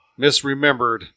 misremembered